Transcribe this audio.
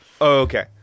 Okay